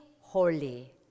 holy